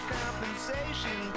compensation